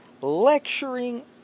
lecturing